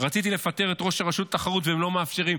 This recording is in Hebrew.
רציתי לפטר את ראש הראשות לתחרות והם לא מאפשרים.